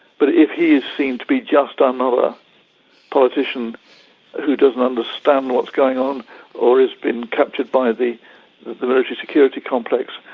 but if he is seen to be just another politician who doesn't understand what is going on or has been captured by the the military-security complex,